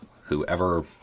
Whoever